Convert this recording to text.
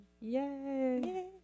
Yay